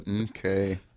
Okay